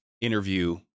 interview